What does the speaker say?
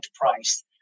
price